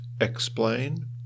explain